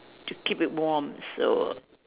to keep it warm so